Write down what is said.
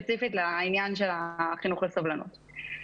ספציפית לעניין של חינוך לסובלנות.